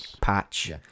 patch